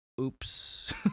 oops